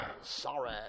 Sorry